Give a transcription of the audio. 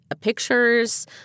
pictures